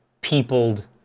peopled